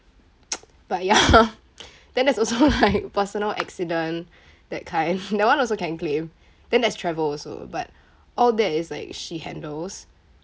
but ya then there's also like personal accident that kind that one also can claim then there's travel also but all that is like she handles